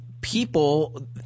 people